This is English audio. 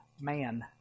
man